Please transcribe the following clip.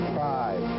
five